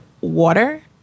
water